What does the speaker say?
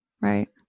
Right